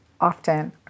often